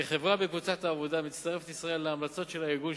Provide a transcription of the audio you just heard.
כחברה בקבוצת העבודה מצטרפת ישראל להמלצות של הארגון,